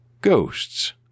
ghosts